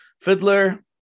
Fiddler